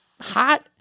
hot